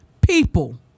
people